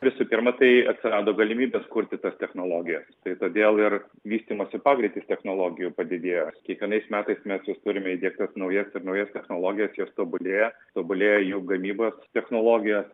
visų pirma tai atsirado galimybės kurti tas technologijas todėl ir vystymosi pagreitis technologijų padidėjęs kiekvienais metais mes vis turime įdiegtas naujas ir naujas technologijas jos tobulėja tobulėja jų gamybos technologijos